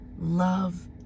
love